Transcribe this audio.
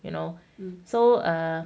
you know so err